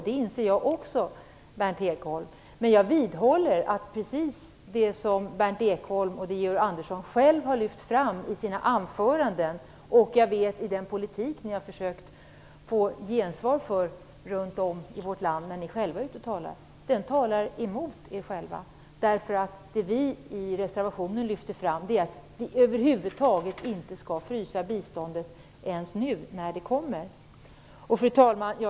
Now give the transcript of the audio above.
Det inser jag också, Berndt Ekholm. Men jag vidhåller att det som Berndt Ekholm och Georg Andersson själva har lyft fram i sina anföranden och i den politik som jag vet att ni har försökt få gensvar för när ni själva varit ute och talat i vårt land talar emot er själva. Det vi själva lyfter fram i reservationen är att vi över huvud taget inte skall frysa biståndet. Fru talman!